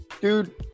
dude